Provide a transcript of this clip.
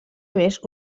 més